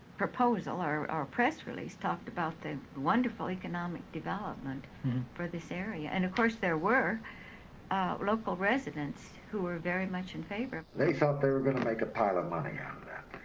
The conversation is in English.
proposal or press release talked about the wonderful economic development for this area and, of course, there were local residents who were very much in favor. they thought they were gonna make a pile of money ah